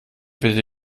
bitte